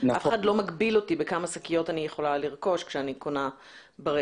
אף אחד לא מגביל אותי כמה שקיות אני יכולה לרכוש כשאני קונה ברשת.